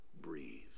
breathe